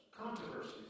controversies